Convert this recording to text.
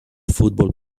football